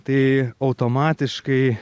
tai automatiškai